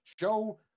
show